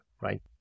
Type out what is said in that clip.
right